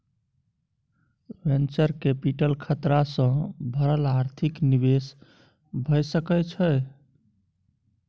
venture capital खतरा सँ भरल आर्थिक निवेश भए सकइ छइ